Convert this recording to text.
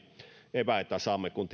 eväitä kun